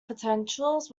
potentials